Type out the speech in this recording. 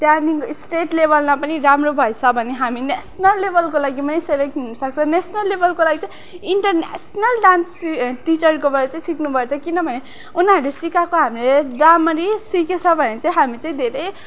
त्यहाँदेखिको स्टेट लेबलमा पनि राम्रो भएछ भने हामी नेसनल लेबलको लागिमा सेलेक्ट हुन सक्छ नेसनल लेबलको लागि चाहिँ इन्टरनेसनल डान्स टिचरकोबाट चाहिँ सिक्नुपर्छ किनभने उनीहरूले सिकाएको हामीले रामरी सिकेछ भने चाहिँ हामी चाहिँ धेरै